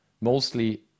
mostly